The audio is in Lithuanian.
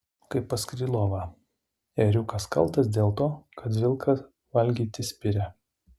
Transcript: kaip pas krylovą ėriukas kaltas dėl to kad vilką valgyti spiria